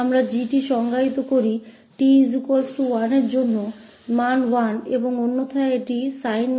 हम g𝑡 को t 1 के रूप में परिभाषित करते हैं मान 1 है और अन्यथा यह sin 𝑡 है